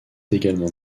également